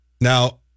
Now